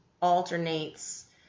alternates